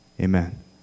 Amen